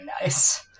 nice